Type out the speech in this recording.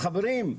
חברים,